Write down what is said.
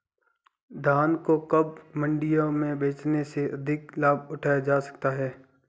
धान को कब मंडियों में बेचने से अधिक लाभ उठाया जा सकता है?